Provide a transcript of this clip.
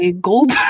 gold